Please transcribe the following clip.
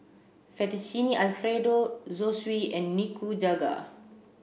Fettuccine Alfredo Zosui and Nikujaga